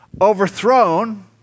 overthrown